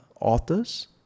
authors